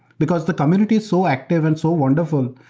because the community is so active and so wonderful.